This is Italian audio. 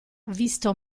visto